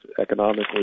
economically